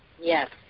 yes